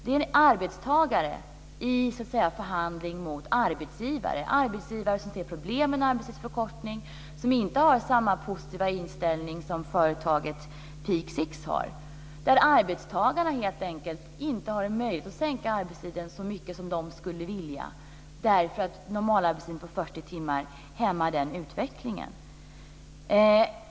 Det är arbetstagare i förhandling mot arbetsgivare. Det är arbetsgivare som ser problemen med arbetstidsförkortning och som inte har samma positiva inställning som företaget Peak Six. Arbetstagare har inte möjlighet att sänka arbetstiden så mycket som de skulle vilja, därför att normalarbetstiden på 40 timmar hämmar den utvecklingen.